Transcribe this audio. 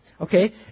okay